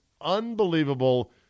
unbelievable